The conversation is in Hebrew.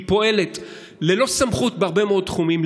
היא פועלת ללא סמכות בהרבה מאוד תחומים,